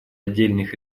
отдельных